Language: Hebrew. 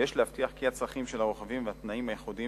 ויש להבטיח כי הצרכים של הרוכבים והתנאים הייחודיים